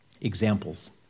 Examples